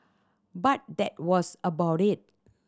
but that was about it